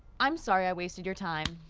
i'm sorry i wasted your time.